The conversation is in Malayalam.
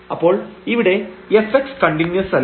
അപ്പോൾ ഇവിടെ fx കണ്ടിന്യൂസ് അല്ല